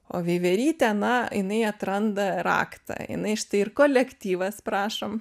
o veiverytė na jinai atranda raktą jinai štai ir kolektyvas prašom